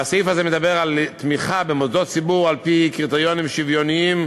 כי הסעיף הזה מדבר על תמיכה במוסדות ציבור על-פי קריטריונים שוויוניים,